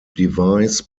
devise